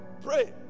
pray